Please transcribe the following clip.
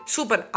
Super